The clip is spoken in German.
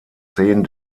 zehn